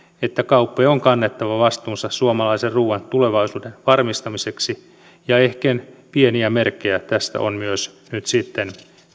että kauppojen on kannettava vastuunsa suomalaisen ruuan tulevaisuuden varmistamiseksi ja ehkä pieniä merkkejä tästä myös on nyt sitten